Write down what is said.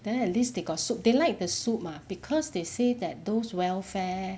then at least they got soup they like the soup mah because they say that those welfare